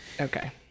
Okay